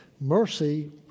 mercy